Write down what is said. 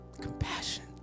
Compassion